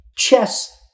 chess